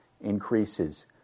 increases